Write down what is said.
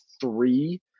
three